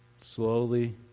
Slowly